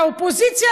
מהאופוזיציה,